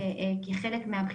ייתכן שהיא תיכנס בהמשך,